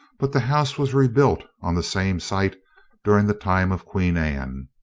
but the house was rebuilt on the same site during the time of queen anne,